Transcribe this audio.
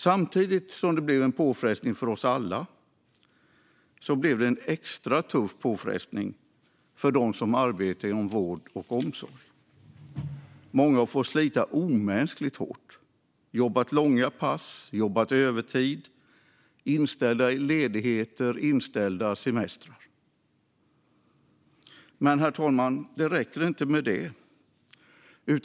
Samtidigt som det blev en påfrestning för oss alla blev det en extra tuff påfrestning för dem som arbetar inom vård och omsorg. Många har fått slita omänskligt hårt, jobbat långa pass och övertid och fått inställda ledigheter och semestrar. Herr talman! Det räcker inte med det.